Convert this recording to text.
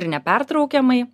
ir nepertraukiamai